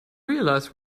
realize